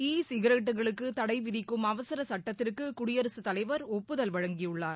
இ சிகரெட்டுகளுக்கு தடை விதிக்கும் அவசர சுட்டத்திற்கு குடியரசுத் தலைவர் ஒப்புதல் வழங்கியுள்ளார்